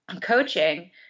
coaching